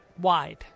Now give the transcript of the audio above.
wide